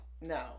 no